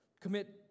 commit